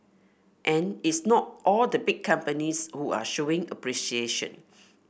and it's not all the big companies who are showing appreciation